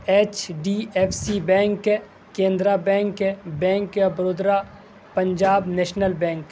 H D F C bank Canara bank bank of Baroda Punjab national bank